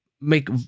make